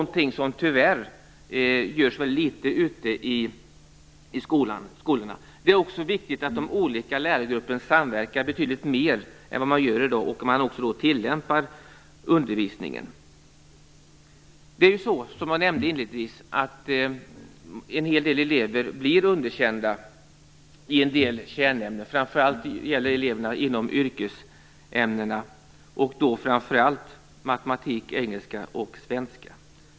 Det är något som tyvärr görs väldigt litet ute i skolorna. Det är också viktigt att de olika personerna i lärargruppen samverkar betydligt mer än i dag, och att man tillämpar undervisningen. En hel del elever blir, som jag nämnde inledningsvis, underkända i vissa kärnämnen. Det gäller främst eleverna inom yrkesämnena. Framför allt blir de underkända i matematik, engelska och svenska.